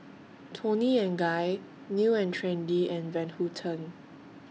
Toni and Guy New and Trendy and Van Houten